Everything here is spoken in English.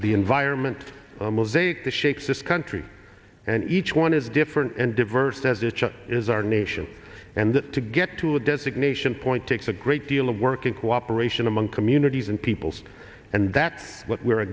the environment a mosaic that shakes this country and each one is different and diverse as it is our nation and that to get to a designation point takes a great deal of work and cooperation among communities and peoples and that's what we're a